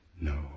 No